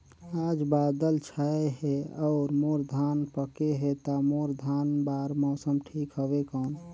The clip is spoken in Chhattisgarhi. आज बादल छाय हे अउर मोर धान पके हे ता मोर धान बार मौसम ठीक हवय कौन?